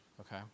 okay